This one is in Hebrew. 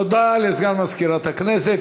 תודה לסגן מזכירת הכנסת.